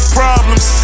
problems